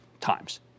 times